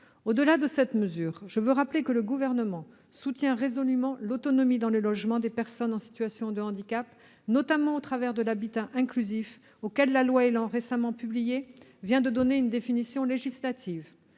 Au-delà de cette mesure, je veux rappeler que le Gouvernement soutient résolument l'autonomie dans le logement des personnes en situation de handicap, au travers notamment de l'habitat inclusif, auquel la loi ÉLAN, récemment adoptée, donne une définition législative.